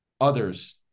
others